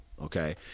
okay